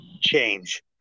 change